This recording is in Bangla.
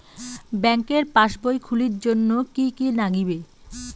ব্যাঙ্কের পাসবই খুলির জন্যে কি কি নাগিবে?